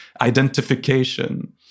identification